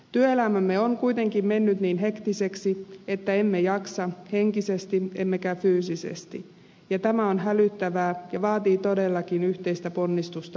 työelämämme on kuitenkin mennyt niin hektiseksi että emme jaksa henkisesti emmekä fyysisesti ja tämä on hälyttävää ja vaatii todellakin yhteistä ponnistusta muuttuakseen